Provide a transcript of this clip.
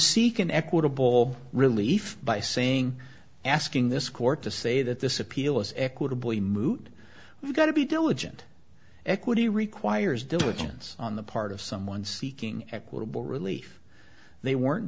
seek an equitable relief by saying asking this court to say that this appeal is equitably moot we've got to be diligent equity requires diligence on the part of someone seeking equitable relief they weren't